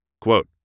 Quote